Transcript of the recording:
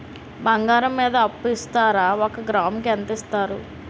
బంగారం మీద అప్పు ఇస్తారా? ఒక గ్రాము కి ఎంత ఇస్తారు?